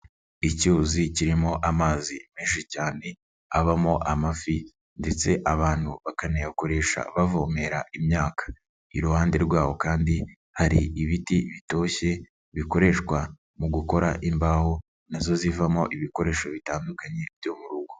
Icyuzi kirimo amazi menshi cyane, abamo amafi ndetse abantu bakanayakoresha bavomera imyaka. Iruhande rwaho kandi hari ibiti bitoshye, bikoreshwa mu gukora imbaho na zo zivamo ibikoresho bitandukanye byo mu rugo.